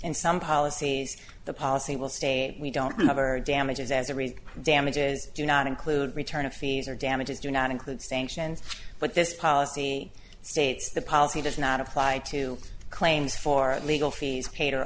in some policies the policy will stay we don't ever damages as a result damages do not include return of fees or damages do not include sanctions but this policy states the policy does not apply to claims for legal fees